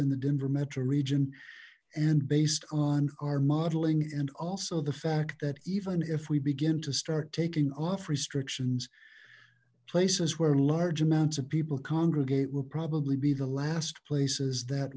in the denver metro region and based on our modeling and also the fact that even if we begin to start taking off restrictions places where large amounts of people congregate will probably be the last places that